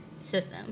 system